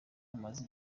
amaze